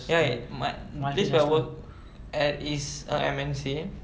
ya my this my work eh is a M_N_C